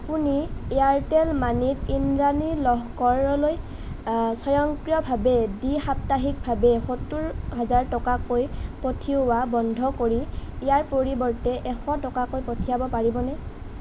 আপুনি এয়াৰটেল মানিত ইন্দ্ৰাণী লহকৰলৈ স্বয়ংক্ৰিয়ভাৱে দ্বি সাপ্তাহিকভাৱে সত্তৰ হাজাৰ টকাকৈ পঠিওৱা বন্ধ কৰি ইয়াৰ পৰিৱৰ্তে এশ টকাকৈ পঠিয়াব পাৰিবনে